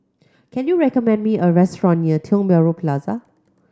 can you recommend me a restaurant near Tiong Bahru Plaza